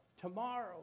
tomorrow